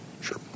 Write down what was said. sure